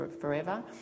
forever